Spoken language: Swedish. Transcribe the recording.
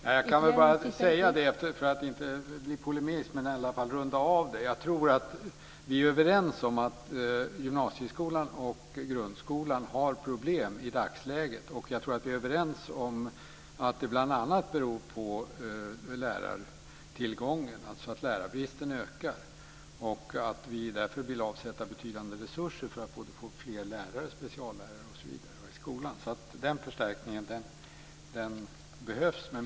Fru talman! Jag kan bara säga - jag vill inte bli polemisk, men i alla fall - för att runda av det hela: Jag tror att vi är överens om att gymnasieskolan och grundskolan har problem i dagsläget, och jag tror att vi är överens om att det bl.a. beror på lärartillgången, alltså att lärarbristen ökar, och att vi därför vill avsätta betydande resurser för att få både fler lärare och fler speciallärare osv. i skolan.